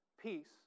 peace